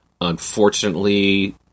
Unfortunately